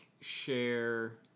Share